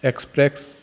express